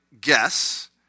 guess